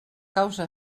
causa